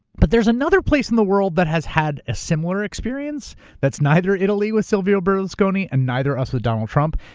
but there's another place in the world that has had a similar experience that's neither italy with silvio berlusconi and neither us with donald trump.